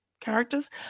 characters